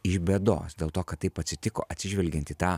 iš bėdos dėl to kad taip atsitiko atsižvelgiant į tą